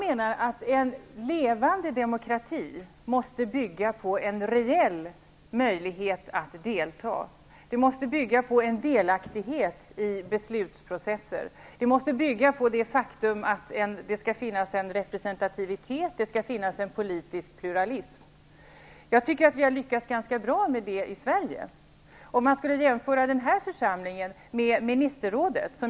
En levande demokrati måste bygga på en reell möjlighet att delta och delaktighet i beslutsprocesser. Det måste finnas en representativitet och politisk pluralism. Jag tycker att vi har lyckats ganska bra med detta i Vi kan jämföra denna församling med Ministerrådet.